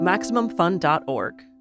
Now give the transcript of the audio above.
MaximumFun.org